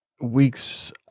week's